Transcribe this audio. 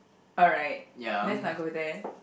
alright that's my goal there